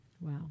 Wow